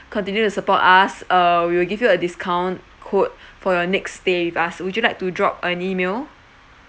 continue to support us uh we will give you a discount code for your next stay with us would you like to drop an email